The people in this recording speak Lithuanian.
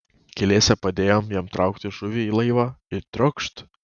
keliese padėjom jam traukti žuvį į laivą ir triokšt